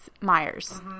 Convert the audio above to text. Myers